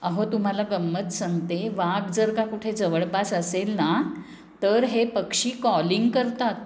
अहो तुम्हाला गंमत सांगते वाघ जर का कुठे जवळपास असेल ना तर हे पक्षी कॉलिंग करतात